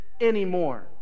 anymore